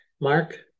Mark